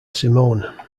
simone